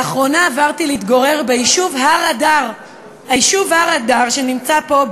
לאחרונה עברתי להתגורר ביישוב הר-אדר" היישוב הר-אדר שנמצא פה,